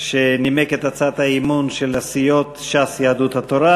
שנימק את הצעת האי-אמון של הסיעות ש"ס ויהדות התורה,